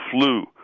flu